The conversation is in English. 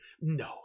No